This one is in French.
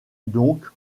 donc